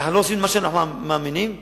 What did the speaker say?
אנחנו לא עושים את מה שאנחנו מאמינים בו?